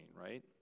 right